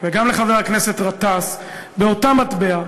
וגם לחבר הכנסת גטאס באותה מטבע,